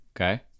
okay